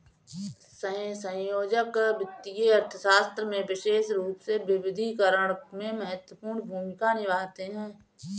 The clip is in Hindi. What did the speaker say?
सहसंयोजक वित्तीय अर्थशास्त्र में विशेष रूप से विविधीकरण में महत्वपूर्ण भूमिका निभाते हैं